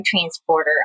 transporter